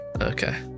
Okay